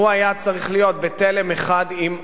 הוא היה צריך להיות בתלם אחד עם הממשלה,